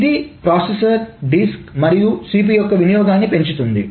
ఇది processor disk మరియు cpu యొక్క వినియోగాన్ని పెంచుతుంది